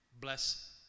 bless